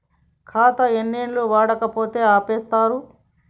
ఖాతా ఎన్ని ఏళ్లు వాడకపోతే ఆపేత్తరు?